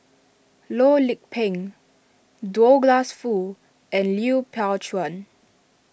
Loh Lik Peng Douglas Foo and Lui Pao Chuen